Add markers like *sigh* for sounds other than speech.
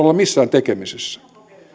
*unintelligible* olla missään tekemisissä